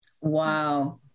Wow